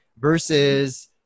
versus